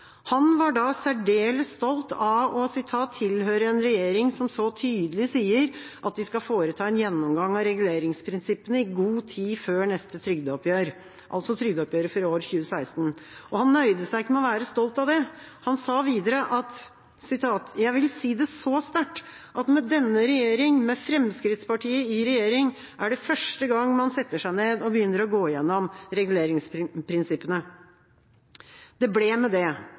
Han var da særdeles stolt av å «tilhøre en regjering som så tydelig sier at de skal foreta en gjennomgang av reguleringsprinsippene i god tid før neste trygdeoppgjør», altså trygdeoppgjøret for i år – 2016. Og han nøyde seg ikke med å være stolt av det – han sa videre: «Jeg vil si det så sterkt at med denne regjering – med Fremskrittspartiet i regjering – er det første gang man setter seg ned og begynner å gå igjennom reguleringsprinsippene.» Det ble med det.